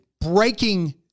Breaking